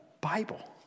Bible